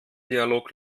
dialog